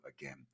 again